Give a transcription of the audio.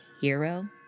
hero